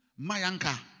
Mayanka